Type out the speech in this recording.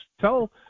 Tell